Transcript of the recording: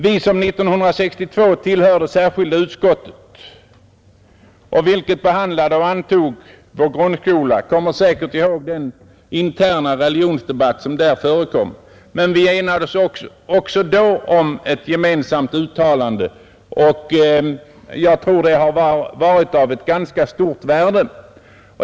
Vi som 1962 tillhörde särskilda utskottet, vilket behandlade och tillstyrkte vår grundskola, kommer säkert ihåg den interna religionsdebatt som där förekom. Men vi enades också då om ett gemensamt uttalande, och jag tror det har varit av ett ganska stort värde.